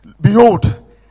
Behold